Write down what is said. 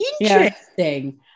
interesting